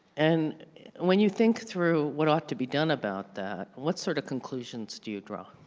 and when you think through what ought to be done about that, what sort of conclusions do you draw?